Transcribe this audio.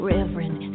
Reverend